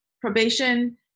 probation